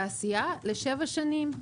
התעשייה לשבע שנים,